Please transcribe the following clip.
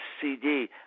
CD